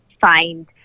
find